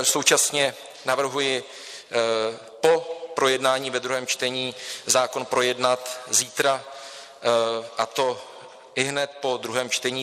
Současně navrhuji po projednání ve druhém čtení zákon projednat zítra, a to ihned po druhém čtení.